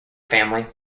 family